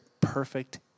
perfect